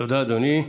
תודה, אדוני.